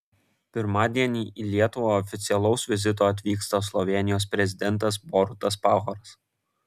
pirmadienį į lietuvą oficialaus vizito atvyksta slovėnijos prezidentas borutas pahoras